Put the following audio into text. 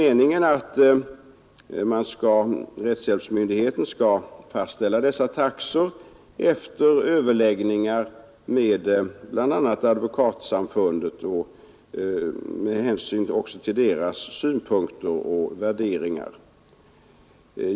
Meningen är att rättshjälpsmyndigheten skall fastställa dessa taxor efter överläggningar med bl.a. Advokatsamfundet. Hänsyn kommer då att tas till dess synpunkter och värderingar.